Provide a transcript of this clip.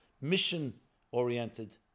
mission-oriented